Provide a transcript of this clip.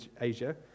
Asia